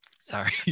Sorry